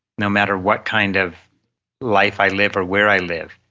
no matter what kind of life i live or where i live,